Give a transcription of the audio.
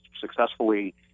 successfully